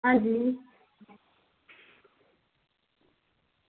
हां जी